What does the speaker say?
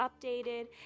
updated